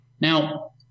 Now